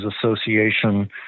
Association